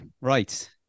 Right